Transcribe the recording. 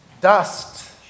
Dust